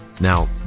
Now